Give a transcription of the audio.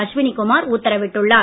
அஸ்வினி குமார் உத்தரவிட்டுள்ளார்